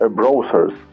browsers